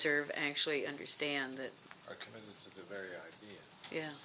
serve actually understand that area ye